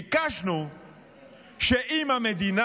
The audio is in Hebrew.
ביקשנו שאם המדינה,